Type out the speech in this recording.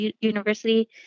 university